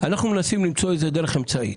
אנחנו מנסים למצוא דרך אמצעית.